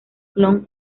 clon